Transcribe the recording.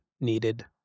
needed